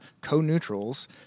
co-neutrals